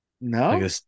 No